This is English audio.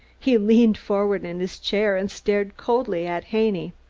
he leaned forward in his chair and stared coldly at haney.